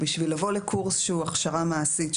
בשביל לבוא לקורס שהוא הכשרה מעשית,